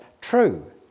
true